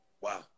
Wow